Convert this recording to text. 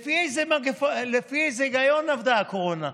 לפי איזה היגיון עבדה הקורונה?